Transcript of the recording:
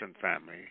family